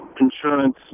insurance